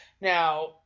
Now